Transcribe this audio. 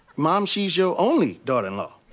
mom, she's your only daughter-in-law.